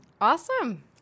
Awesome